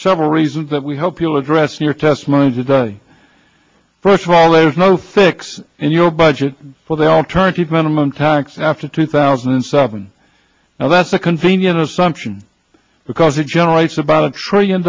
several reasons that we hope you'll address your testimony today first of all there's no fix and your budget for the alternative minimum tax after two thousand and seven now that's a convenient assumption because it generates about a trillion